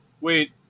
wait